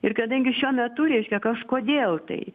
ir kadangi šiuo metu reiškia kažkodėl tai